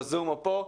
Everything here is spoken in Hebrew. בזום או פה,